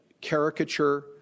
caricature